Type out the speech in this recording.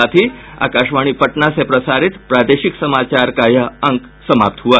इसके साथ ही आकाशवाणी पटना से प्रसारित प्रादेशिक समाचार का ये अंक समाप्त हुआ